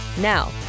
Now